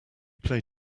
play